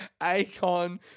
Akon